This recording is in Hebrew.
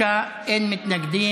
בעד, 25, אין מתנגדים,